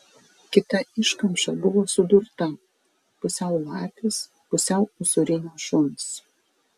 kita iškamša buvo sudurta pusiau lapės pusiau usūrinio šuns